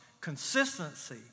consistency